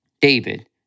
David